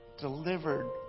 delivered